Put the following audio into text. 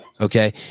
Okay